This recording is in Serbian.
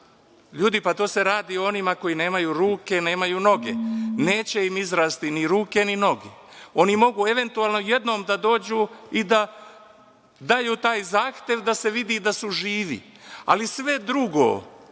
Ljudi, pa to se radi onima koji nemaju ruke, nemaju noge. Neće im izrasti ni ruke, ni noge. Oni mogu, eventualno, jednom da dođu i da daju taj zahtev da se vidi da su živi, ali sve drugo